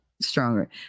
stronger